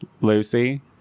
Lucy